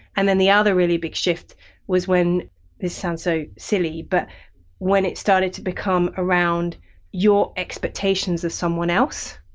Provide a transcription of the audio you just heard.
and then the other really big shift was when this sounds so silly, but when it started to become around your expectations of someone else.